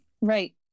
Right